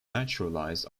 naturalized